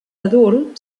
adult